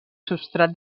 substrat